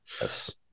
Yes